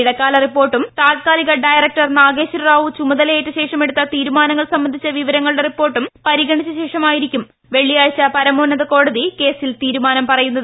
ഇടക്കാല റിപ്പോർട്ടും താല്ക്കാലിക ഡയറക്ടർ നാഗേശ്വര റാവു ചുമതലയേറ്റ ശേഷം എടുത്ത തീരുമാനങ്ങൾ സംബന്ധിച്ച വിവരങ്ങളുടെ റിപ്പോർട്ടും പരിഗണിച്ചശേഷമായിരിക്കും വെള്ളിയാഴ്ച്ച പരമോന്നത കോടതി കേസിൽ തീരുമാനം പറയുന്നത്